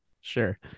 Sure